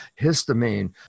histamine